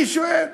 אני שואל.